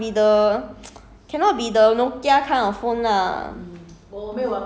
just use lah press the screen lor must be the